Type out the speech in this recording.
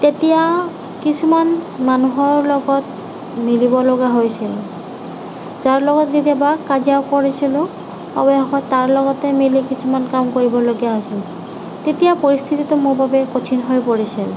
তেতিয়া কিছুমান মানুহৰ লগত মিলিবলগা হৈছিল যাৰ লগত কেতিয়াবা কাজিয়াও কৰিছিলোঁ অৱশেষত তাৰ লগতে মিলি কিছুমান কাম কৰিবলগীয়া হৈছিল তেতিয়া পৰিস্থিতিটো মোৰ বাবে কঠিন হৈ পৰিছিল